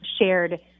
shared